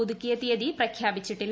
പുതുക്കിയ തീയതി പ്രഖ്യാപിച്ചിട്ടില്ല